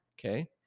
Okay